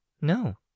No